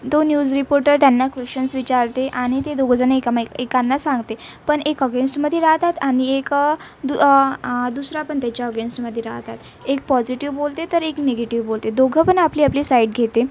तो news reporter त्यांना questions विचारते आणि ते दोघंजणं एकामेक एकांना सांगते पण एक अगेंस्टमध्ये राहतात आणि एक दु दुसरा पण त्याच्या अगेंस्टमध्ये राहतात एक पॉजिटिव बोलते तर एक निगेटिव बोलते दोघं पण आपली आपली साईट घेते